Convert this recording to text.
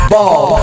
Ball